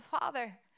Father